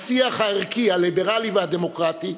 בשיח הערכי הליברלי והדמוקרטי,